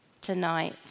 tonight